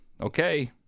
Okay